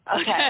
okay